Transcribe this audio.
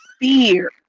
fear